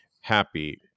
Happy